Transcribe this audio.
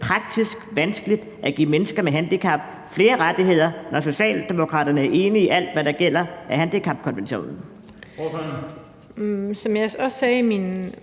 praktisk vanskeligt at give mennesker med handicap flere rettigheder, når Socialdemokraterne er enige i alt, der gælder af handicapkonventionen? Kl. 10:54 Den